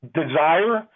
desire